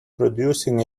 producing